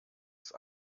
ist